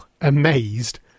amazed